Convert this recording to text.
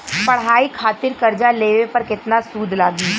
पढ़ाई खातिर कर्जा लेवे पर केतना सूद लागी?